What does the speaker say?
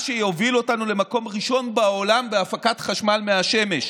מה שיוביל אותנו למקום ראשון בעולם בהפקת חשמל מהשמש.